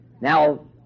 Now